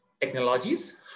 technologies